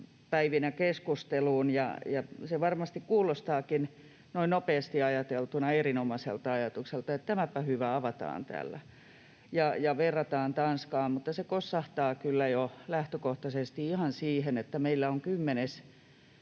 päivinä keskusteluun, ja se varmasti kuulostaakin noin nopeasti ajateltuna erinomaiselta ajatukselta, että tämäpä hyvä, avataan tällä. Sitä verrataan Tanskaan, mutta se kossahtaa kyllä jo lähtökohtaisesti ihan siihen, että tällä hetkellä